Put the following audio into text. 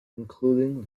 including